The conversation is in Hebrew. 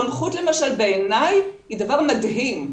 חונכות, למשל, בעיניי היא דבר מדהים.